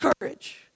courage